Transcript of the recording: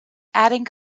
adding